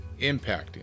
impacting